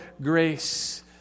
grace